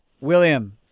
William